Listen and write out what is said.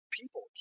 people